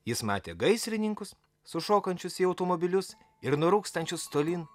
jis matė gaisrininkus sušokančius į automobilius ir nurūkstančius tolyn